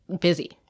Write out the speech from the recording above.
busy